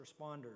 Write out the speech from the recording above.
responders